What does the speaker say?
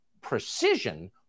precision